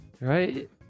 Right